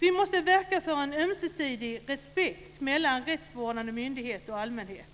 Vi måste verka för en ömsesidig respekt mellan rättsvårdande myndigheter och allmänhet.